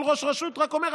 כל ראש רשות רק אומר,